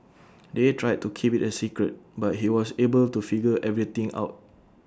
they tried to keep IT A secret but he was able to figure everything out